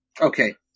Okay